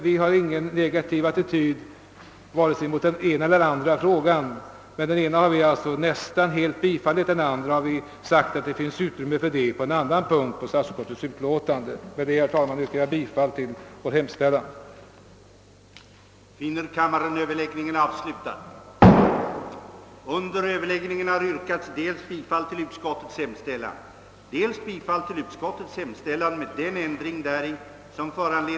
Vi har ingen negativ attityd till vare sig den ena eller andra frågan. Den ena motionen har vi alltså nästan helt tillstyrkt; beträffande den andra har vi sagt att det under en annan punkt i statsutskottets utlåtande finns utrymme för det man begär. Med detta, herr talman, yrkar jag bifall till vår hemställan. att riksdagen måtte besluta att en permanent statsbidragsberättigad rådgivningsverksamhet snarast inrättades och att verksamheten vidgades till att omfalta alla som hade behov av social rådgivning samt att familjerådgivningsbyråernas namn därefter ändrades så att det bättre beskreve verksamhetens innehåll.